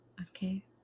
Okay